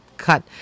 cut